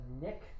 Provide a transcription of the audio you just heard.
Nick